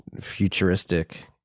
futuristic